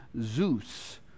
Zeus